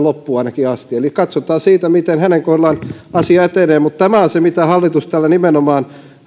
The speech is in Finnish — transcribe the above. loppuun asti katsotaan siitä miten hänen kohdallaan asia etenee mutta tämä on se mitä hallitus tällä nimenomaan